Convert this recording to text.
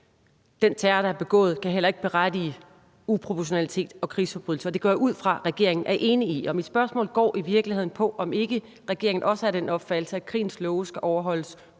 Den terror, der er begået, kan heller ikke berettige uproportionalitet og krigsforbrydelser. Det går jeg ud fra regeringen er enig i. Og mit spørgsmål går i virkeligheden på, om ikke regeringen også er af den opfattelse, at krigens love skal overholdes